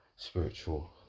Spiritual